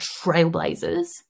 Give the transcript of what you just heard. trailblazers